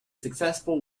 successful